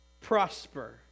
prosper